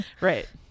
Right